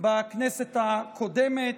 בכנסת הקודמת,